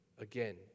Again